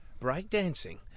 breakdancing